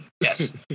Yes